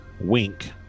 Wink